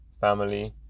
family